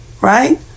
right